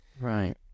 Right